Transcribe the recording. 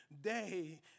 day